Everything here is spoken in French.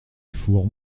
four